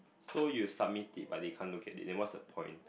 so you submit it but they can't look at it then what's the point